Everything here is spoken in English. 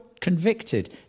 convicted